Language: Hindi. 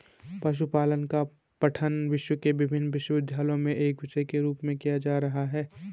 पशुपालन का पठन विश्व के विभिन्न विश्वविद्यालयों में एक विषय के रूप में किया जा रहा है